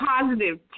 positive